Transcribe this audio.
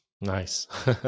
Nice